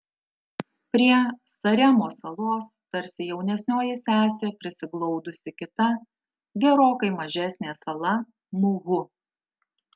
prie saremos salos tarsi jaunesnioji sesė prisiglaudusi kita gerokai mažesnė sala muhu